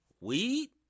Weed